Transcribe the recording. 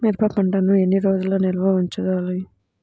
మిరప పంటను ఎన్ని రోజులు నిల్వ ఉంచాలి?